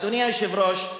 אדוני היושב-ראש,